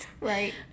Right